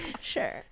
sure